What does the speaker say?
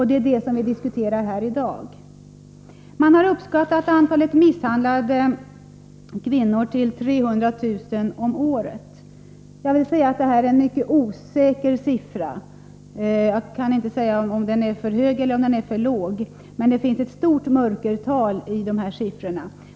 Det är det vi diskuterar här i dag. Man har uppskattat antalet misshandlade kvinnor till 300 000 om året. Detta är en mycket osäker siffra. Jag kan inte säga om den är för hög eller för låg; det finns ett stort mörkertal i dessa siffror.